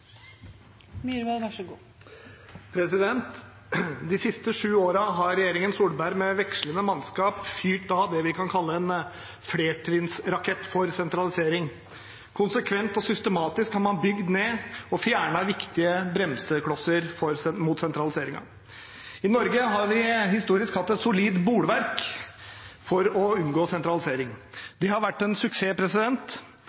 må reverseres. Så mitt klare råd er at nå må politiet få ro til å få en helt nødvendig reform til å virke. De siste sju årene har regjeringen Solberg, med vekslende mannskap, fyrt av det vi kan kalle en flertrinnsrakett for sentralisering. Konsekvent og systematisk har man bygd ned og fjernet viktige bremseklosser mot sentraliseringen. I Norge har vi historisk hatt